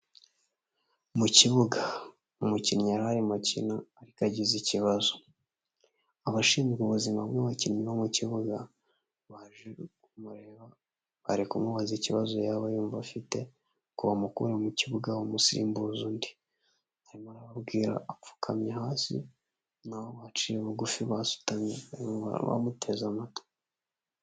Mu kibuga umukinnyi yari arimo akina ariko agize ikibazo, abashinzwe ubuzima bw'abakinnyi bo mu kibuga baje kumureba bari kumubaza ikibazo yaba yumva afite ngo bamukure mu kibuga bamusimbuza undi, arimo arababwira apfukamye hasi nabo baciye bugufi basutanamye bamuteze amatwi.